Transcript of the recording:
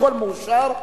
הכול מאושר,